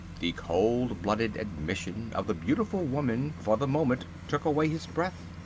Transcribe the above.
the cold-blooded admission of the beautiful woman for the moment took away his breath!